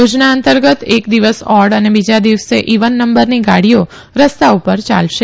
થોજના અંતર્ગત એક દિવસ ઓડ ને બીજા દિવસે ઇવન નંબરની ગાડીઓ રસ્તાઓ ઉપર યાલશે